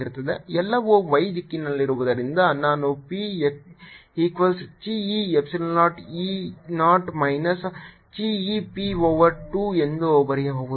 ಎಲ್ಲವೂ y ದಿಕ್ಕಿನಲ್ಲಿರುವುದರಿಂದ ನಾನು p equals chi e Epsilon 0 E 0 minus chi e p over 2 ಎಂದು ಬರೆಯಬಹುದು